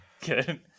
Good